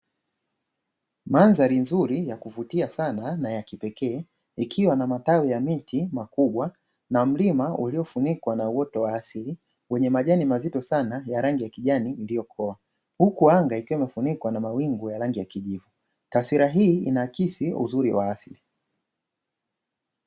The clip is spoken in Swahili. Mandhari nzuri ya kuvutia sana na yakipekee ikiwa na matawi ya miti ya makubwa mlima uliofunikwa na uoto wa asili wenye majani mazito sana ya rangi ya kijani iliyokoa, huku anga ikiwa imefunikwa na mawingu ya rangi ya kijani. Taswira hii inaakisi uzuri wa asili.